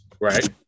Right